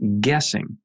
guessing